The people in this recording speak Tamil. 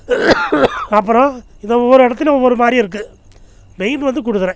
அப்புறம் இந்த ஒவ்வொரு இடத்துலையும் ஒவ்வொரு மாதிரி இருக்குது மெயின் வந்து கூடுதுறை